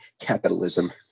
capitalism